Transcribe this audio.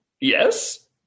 Yes